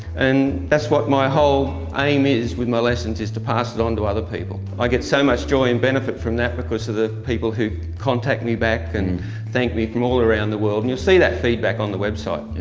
and that's what my whole aim is with my lessons is to pass it on to other people. i get so much joy and benefit from that because of the people who contact me back and thank me from all around the world, and you'll see that feedback on the website. yeah,